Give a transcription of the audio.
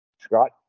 Scott